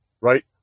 right